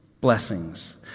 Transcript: blessings